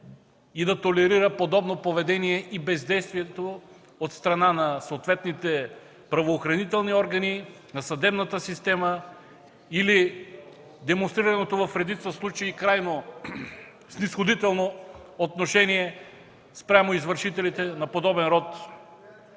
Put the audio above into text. и да толерира подобно поведение и бездействието от страна на съответните правоохранителни органи, на съдебната система или демонстрираното в редица случаи крайно снизходително отношение спрямо извършителите на подобен род